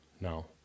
now